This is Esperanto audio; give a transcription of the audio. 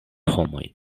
homoj